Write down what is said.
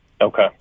Okay